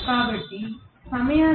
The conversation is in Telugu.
కాబట్టి సమయానికి